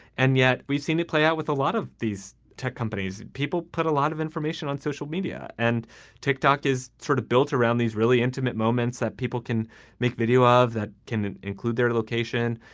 and yet we've seen it play out with a lot of these tech companies. people put a lot of information on social media. and tick-tock is sort of built around these really intimate moments that people can make video of. that can include their location,